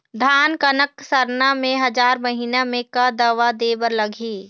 धान कनक सरना मे हजार महीना मे का दवा दे बर लगही?